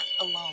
alone